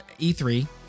E3